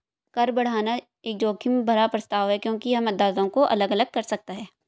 कर बढ़ाना एक जोखिम भरा प्रस्ताव है क्योंकि यह मतदाताओं को अलग अलग कर सकता है